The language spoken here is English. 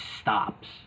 stops